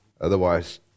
Otherwise